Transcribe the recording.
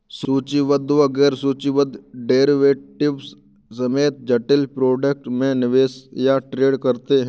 सूचीबद्ध व गैर सूचीबद्ध डेरिवेटिव्स समेत जटिल प्रोडक्ट में निवेश या ट्रेड करते हैं